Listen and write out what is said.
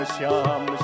Sham